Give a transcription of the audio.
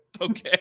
okay